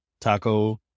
Taco